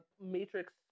Matrix